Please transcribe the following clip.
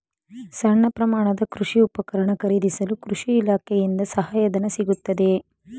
ಸಣ್ಣ ಪ್ರಮಾಣದ ಕೃಷಿ ಉಪಕರಣ ಖರೀದಿಸಲು ಕೃಷಿ ಇಲಾಖೆಯಿಂದ ಸಹಾಯಧನ ಸಿಗುತ್ತದೆಯೇ?